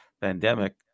pandemic